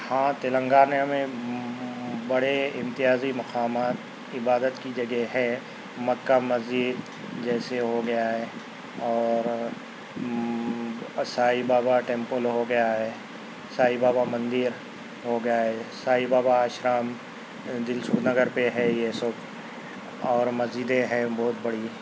ہاں تلنگانہ میں بڑے امتیازی مقامات عبادت کی جگہ ہے مکّہ مسجد جیسے ہو گیا ہے اور سائی بابا ٹمپل ہو گیا ہے سائی بابا مندر ہو گیا ہے سائی بابا آشرم دلسو نگر پہ ہے یہ سو اور مسجدیں ہے بہت بڑی